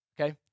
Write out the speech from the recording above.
okay